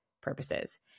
purposes